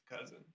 cousin